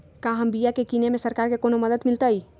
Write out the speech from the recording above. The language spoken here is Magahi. क्या हम बिया की किने में सरकार से कोनो मदद मिलतई?